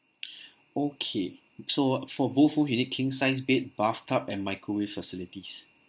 okay so for both room you need king size bed bathtub and microwave facilities